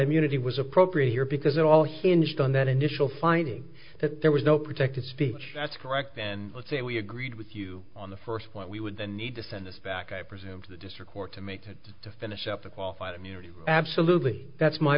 immunity was appropriate here because it all hinged on that initial finding that there was no protected speech that's correct and let's say we agreed with you on the first point we would then need to send this back i presume to the district court to make that to finish up a qualified immunity absolutely that's my